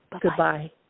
Goodbye